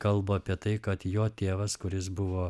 kalba apie tai kad jo tėvas kuris buvo